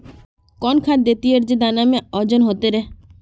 कौन खाद देथियेरे जे दाना में ओजन होते रेह?